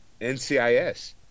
NCIS